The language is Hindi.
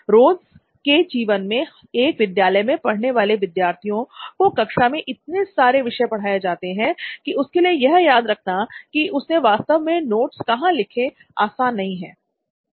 रोज के जीवन में एक विद्यालय में पढ़ने वाले विद्यार्थी को कक्षा में इतने सारे विषय पढ़ाए जाते हैं कि उसके लिए यह याद रखना कि उसने वास्तव में नोट्स कहां लिखें आसान नहीं होता